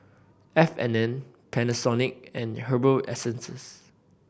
F and N Panasonic and Herbal Essences